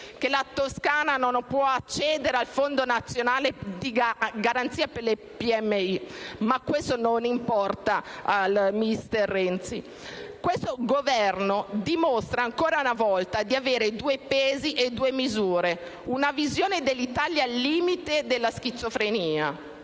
che la Toscana non può accedere al Fondo nazionale di garanzia per le PMI, ma questo non importa al *mister* Renzi. Questo Governo dimostra ancora una volta di avere due pesi e due misure, una visione dell'Italia al limite della schizofrenia